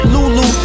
Lulu